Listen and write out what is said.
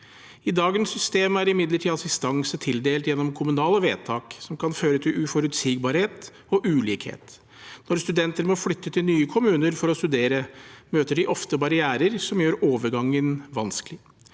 I dagens system er imidlertid assistanse tildelt gjennom kommunale vedtak, som kan føre til uforutsigbarhet og ulikhet. Når studenter må flytte til nye kommuner for å studere, møter de ofte barrierer som gjør overgangen vanskelig.